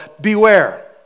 beware